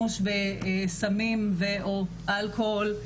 שימוש בסמים ו/או אלכוהול.